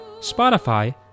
Spotify